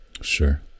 Sure